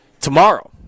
tomorrow